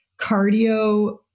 cardio